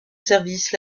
service